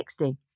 60